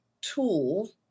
tool